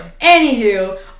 anywho